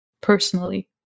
personally